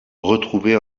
retrouver